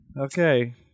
okay